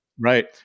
Right